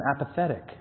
apathetic